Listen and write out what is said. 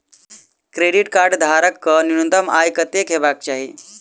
Credit card धारक कऽ न्यूनतम आय कत्तेक हेबाक चाहि?